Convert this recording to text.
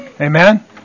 Amen